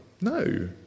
No